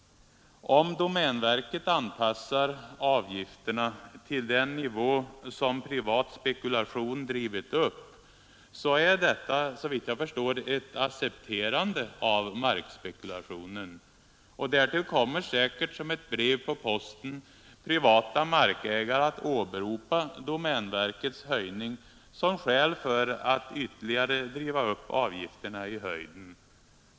Om domänverket anpassar avgifterna till den nivå som privat spekulation drivit upp så är detta, såvitt jag förstår, ett accepterande av markspekulationen. Därtill kommer, säkert som ett brev på posten, privata markägares åberopande av domänverkets höjning som skäl för att ytterligare driva avgifterna i höjden.